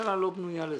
הממשלה לא בנויה לזה.